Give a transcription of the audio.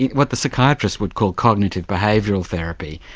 what the psychiatrists would call cognitive behavioural therapy.